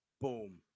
boom